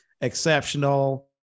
exceptional